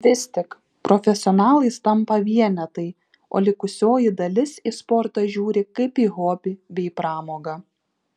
vis tik profesionalais tampa vienetai o likusioji dalis į sportą žiūri kaip į hobį bei pramogą